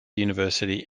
university